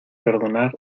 perdonar